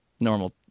normal